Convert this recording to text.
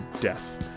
Death